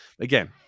again